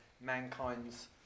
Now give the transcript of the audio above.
mankind's